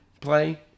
play